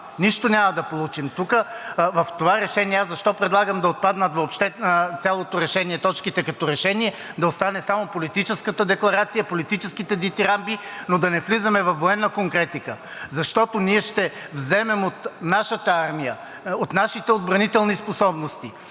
Нищо няма да получим. Тук в това решение аз предлагам да отпаднат – в цялото решение, точките, а да останат само политическата декларация, политическите дитирамби, но да не влизаме във военна конкретика, защото ние ще вземем от нашата армия, от нашите отбранителни способности,